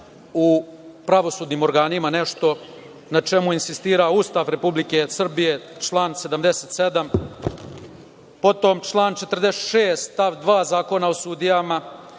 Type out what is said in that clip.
u pravosudnim organima, nešto na čemu insistira Ustav Republike Srbije, član 77, potom član 46. stav 2. Zakona o sudijama,